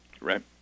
Right